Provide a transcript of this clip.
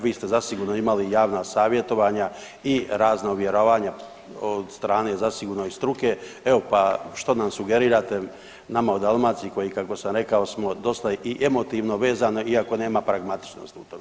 Vi ste zasigurno imali javna savjetovanja i razna uvjeravanja od strane zasigurno i struke, evo što nam sugerirate nama u Dalmaciji koji kako sam rekao smo dosta i emotivno vezani iako nema pragmatičnosti u tome.